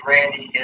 Randy